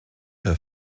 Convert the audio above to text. her